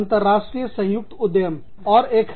अंतरराष्ट्रीय संयुक्त उद्यम और एक है